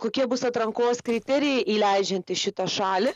kokie bus atrankos kriterijai įleidžiant į šitą šalį